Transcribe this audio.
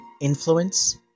Influence